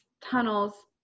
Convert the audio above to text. tunnels